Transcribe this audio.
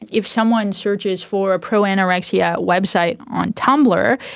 if someone searches for a pro-anorexia website on tumblr,